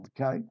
okay